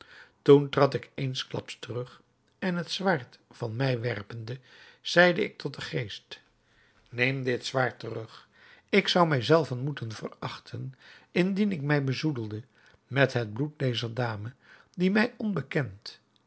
toen trad ik eensklaps terug en het zwaard van mij werpende zeide ik tot den geest neem dit zwaard terug ik zou mij zelven moeten verachten indien ik mij bezoedelde met het bloed dezer dame die mij onbekend